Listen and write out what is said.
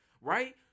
Right